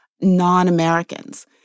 non-Americans